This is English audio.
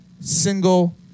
single